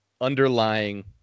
underlying